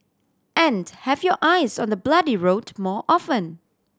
and have your eyes on the bloody road more often